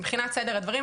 מבחינת סדר הדברים,